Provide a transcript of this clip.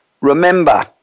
remember